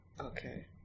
Okay